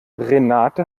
renate